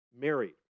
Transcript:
married